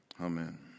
Amen